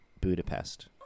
Budapest